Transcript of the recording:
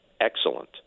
excellent